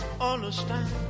understand